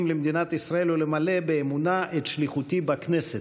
למדינת ישראל ולמלא באמונה את שליחותי בכנסת".